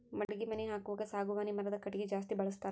ಮಡಗಿ ಮನಿ ಹಾಕುವಾಗ ಸಾಗವಾನಿ ಮರದ ಕಟಗಿ ಜಾಸ್ತಿ ಬಳಸ್ತಾರ